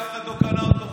אף אחד לא קנה אותו,